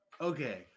Okay